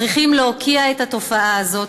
צריכים להוקיע את התופעה הזאת,